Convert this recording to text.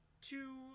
two